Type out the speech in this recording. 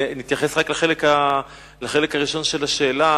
ואתייחס רק לחלק הראשון של השאלה,